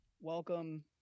Welcome